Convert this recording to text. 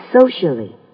socially